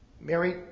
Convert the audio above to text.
Mary